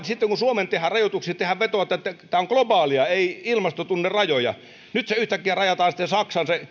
sitten kun suomeen tehdään rajoituksia tehän vetoatte että tämä on globaalia ja ei ilmasto tunne rajoja nyt se yhtäkkiä sitten rajataan saksaan